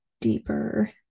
deeper